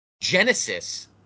genesis